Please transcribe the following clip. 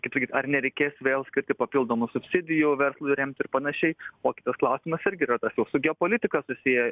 kaip sakyt ar nereikės vėl skirti papildomų subsidijų verslui remti ir panašiai o kitas klausimas irgi yra tas jau su geopolitika susiję